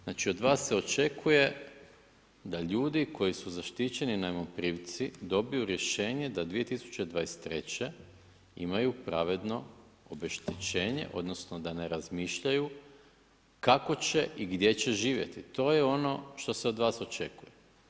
Znači od vas se očekuje da ljudi koji su zaštićeni najmoprimci dobiju rješenje da 2023. imaju pravedno obeštećenje, odnosno da ne razmišljaju kako će i gdje će živjeti, to je ono što se od vas očekuje.